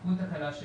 תיקון תקנה 6